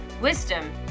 wisdom